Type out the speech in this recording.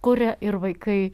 kuria ir vaikai